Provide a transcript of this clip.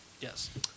Yes